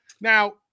Now